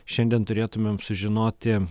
šiandien turėtumėm sužinoti